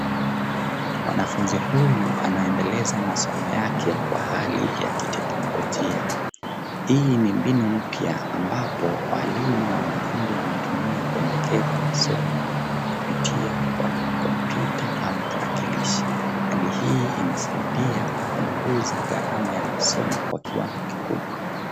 Mwanafunzi huyu anaendeleza masomo yake kwa hali ya kiteknolojia. Hii ni mbinu mpya ambapo walimu na wanafunzi wanatumia kuelekeza masomo kupitia kwa komputa ama tarakilishi. Hali hii imesaidia kupunguza gharama ya masomo kwa kiwango kikubwa.